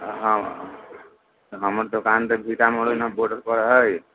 हँ हमर दोकान तऽ सीतामढ़ीमे बॉर्डरपर हइ